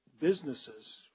businesses